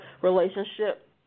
relationship